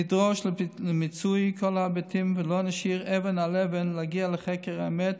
נדרוש מיצוי כל ההיבטים ולא נשאיר אבן על אבן כדי להגיע לחקר האמת,